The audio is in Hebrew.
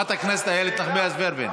חברת הכנסת איילת נחמיאס ורבין.